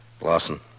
Lawson